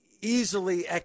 easily